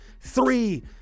three